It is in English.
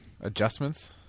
Adjustments